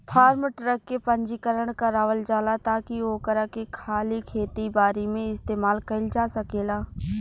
form truck के पंजीकरण करावल जाला ताकि ओकरा के खाली खेती बारी में इस्तेमाल कईल जा सकेला